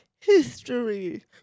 history